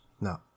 No